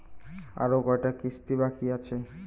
আরো কয়টা কিস্তি বাকি আছে?